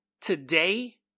today